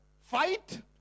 fight